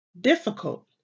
difficult